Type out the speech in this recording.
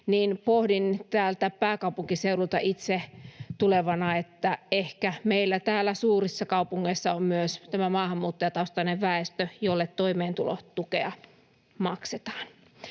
Pohdin täältä pääkaupunkiseudulta itse tulevana, että ehkä meillä täällä suurissa kaupungeissa on myös tämä maahanmuuttajataustainen väestö, jolle toimeentulotukea maksetaan.